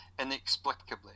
inexplicably